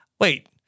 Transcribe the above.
Wait